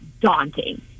daunting